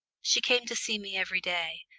she came to see me every day,